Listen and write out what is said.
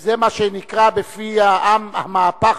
זה מה שנקרא בפי העם "המהפך"